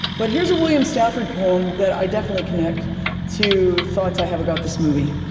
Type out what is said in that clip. but here's a william stafford poem that i definitely connect to thoughts i have about this movie.